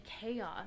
chaos